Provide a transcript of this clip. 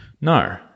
No